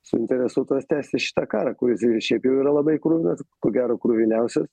suinteresuotas tęsti šitą karą kuris šiaip jau yra labai kruvinas ko gero kruviniausias